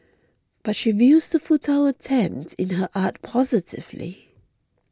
but she views the futile attempt in her art positively